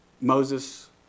Moses